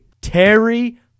Terry